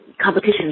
competition